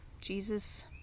Jesus